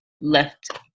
left